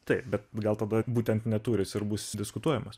taip bet gal tada būtent ne tūris ir bus diskutuojamas